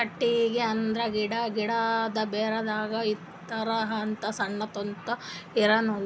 ಕಟ್ಟಿಗಿ ಅಂದ್ರ ಗಿಡಾ, ಗಿಡದು ಬೇರದಾಗ್ ಇರಹಂತ ಸಣ್ಣ್ ತೂತಾ ಇರಾ ನೂಲ್